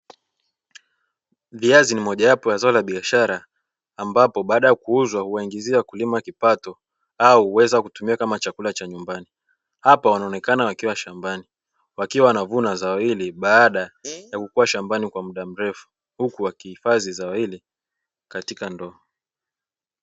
Viazi ni zao mojawapo la biashara, ambapo baada ya kuuza huwaingizia wakulima kipato au huweza kutumia kama chakula cha nyumbani. Hapa wanaonekana wakiwa shambani wakivuna zao hilo baada ya kukaa shambani kwa mda mrefu huku wakihifadhi zao hili katika ndoo.